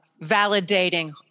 validating